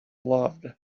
loved